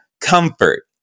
comfort